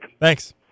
Thanks